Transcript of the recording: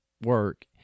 work